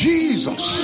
Jesus